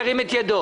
ירים את ידו.